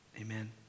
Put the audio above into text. Amen